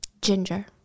Ginger